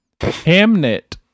Hamnet